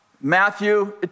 Matthew